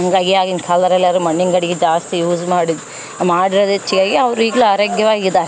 ಹಂಗಾಗಿ ಆಗಿನ ಕಾಲ್ದೋರೆಲ್ಲರು ಮಣ್ಣಿನ ಗಡಿಗೆ ಜಾಸ್ತಿ ಯೂಸ್ ಮಾಡಿದ ಮಾಡಿರೋದ್ ಹೆಚ್ಚಿಗಾಗಿ ಅವರು ಈಗಲು ಆರೋಗ್ಯವಾಗಿದಾರೆ